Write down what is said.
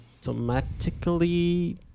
automatically